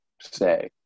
say